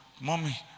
Mommy